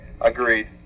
Agreed